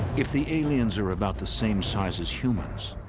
if the aliens are about the same size as humans,